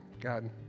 God